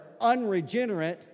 unregenerate